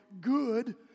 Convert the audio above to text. good